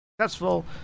successful